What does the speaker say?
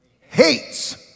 hates